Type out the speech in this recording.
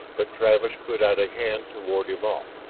but travis put out a hand to ward him off.